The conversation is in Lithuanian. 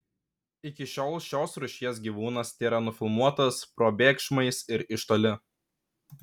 iki šiol šios rūšies gyvūnas tėra nufilmuotas probėgšmais ir iš toli